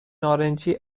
نارنجی